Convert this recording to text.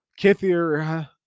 Kithier